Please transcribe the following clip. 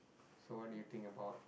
so what do you think about